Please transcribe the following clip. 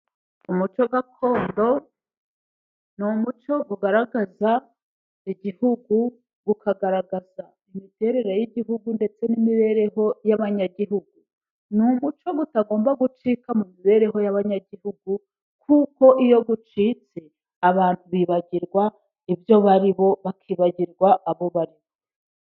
Umuco gakondo， ni umuco ugaragaza igihugu，ukagaragaza imiterere y'igihugu， ndetse n'imibereho y'abanyagihugu. Ni umuco utagomba gucika mu mibereho y'abanyagihugu，kuko iyo ucitse abantu bibagirwa ibyo bari bo， bakibagirwa abo bari bo.